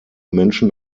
menschen